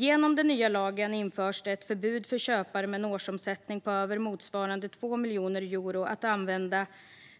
Genom den nya lagen införs ett förbud för köpare med en årsomsättning på över motsvarande 2 miljoner euro att använda